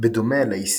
בדומה לאיסיים.